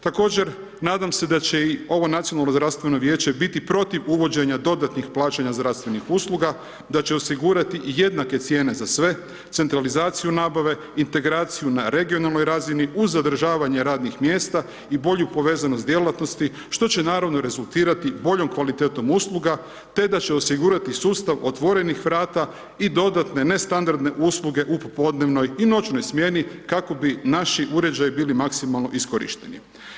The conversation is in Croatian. Također, nadam se da će i ovo Nacionalno zdravstveno vijeće biti protiv uvođenja dodatnih plaćanja zdravstvenih usluga, da će osigurati jednake cijene za sve, centralizaciju nabave, integraciju na regionalnoj razini uz zadržavanje radnih mjesta i bolju povezanost s djelatnosti, što će naravno rezultirati boljom kvalitetom usluga, te da će osigurati sustav otvorenih vrata i dodatne nestandardne usluge u popodnevnoj i noćnoj smjeni, kako bi naši uređaji bili maksimalno iskorišteni.